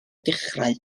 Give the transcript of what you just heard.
dechrau